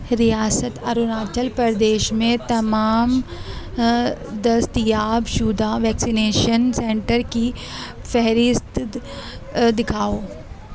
ریاست اروناچل پردیش میں تمام دستیاب شدہ ویکسینیشن سنٹر کی فہرست دکھاؤ